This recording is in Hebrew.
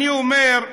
אני אומר: